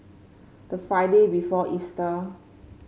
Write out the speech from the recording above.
the Friday before Easter